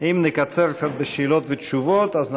אם נקצר קצת בשאלות ותשובות אז נספיק,